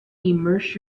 immerse